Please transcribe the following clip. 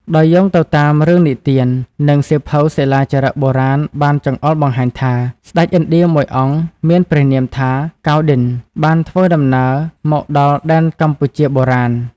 ដោយយោងទៅតាមរឿងនិទាន និងសៀវភៅសិលាចារឹកបុរាណបានចង្អុលបង្ហាញថា ស្ដេចឥណ្ឌាមួយអង្គមានព្រះនាមថា កៅណ្ឌិន្យ បានធ្វើដំណើរមកដល់ដែនកម្ពុជាបុរាណ។